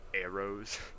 arrows